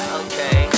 okay